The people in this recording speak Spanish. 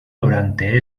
durante